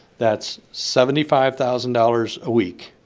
that's seventy five thousand dollars a week.